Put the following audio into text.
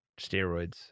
steroids